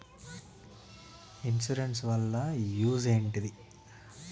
Insurance వాళ్ల use ఏంటిది?